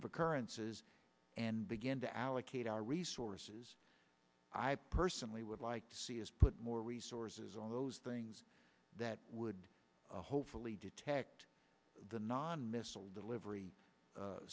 of occurrences and begin to allocate our resources i personally would like to see is put more resources on those things that would hopefully detect the non missile delivery